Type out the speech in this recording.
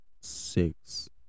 six